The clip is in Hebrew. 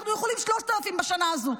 אנחנו יכולים 3,000 בשנה הזו.